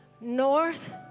North